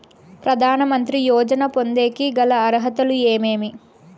ప్రధాన మంత్రి యోజన పొందేకి గల అర్హతలు ఏమేమి?